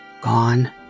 Gone